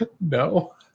No